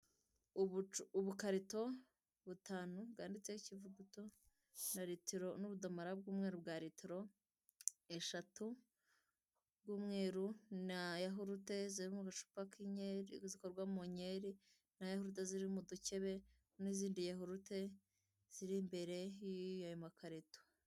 Ubukarito butanu bwanditseho ikivuguto na ritiro n'ubudomora bw'umweru bwa ritiro eshatu bw'umweru na yahurute ziri mu gacupa k'inkeri zikorwa mu nkeri, na yahurute zikorwa mu dukebe n'izindi yahurute ziri imbere mu makarito.